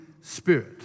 Spirit